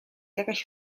jakaś